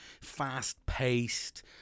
fast-paced